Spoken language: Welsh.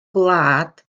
gwlad